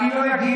אני לא אגיד,